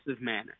manner